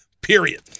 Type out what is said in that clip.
period